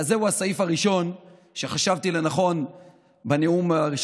הפצע של הנוכלות והרמאות לא יגליד מהר.